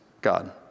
God